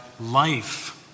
life